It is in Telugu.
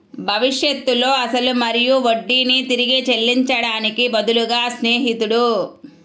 భవిష్యత్తులో అసలు మరియు వడ్డీని తిరిగి చెల్లించడానికి బదులుగా స్నేహితుడు